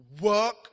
work